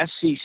SC